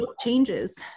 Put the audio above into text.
changes